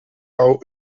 bau